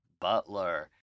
Butler